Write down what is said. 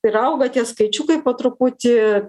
ir auga tie skaičiukai po truputį